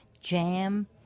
jam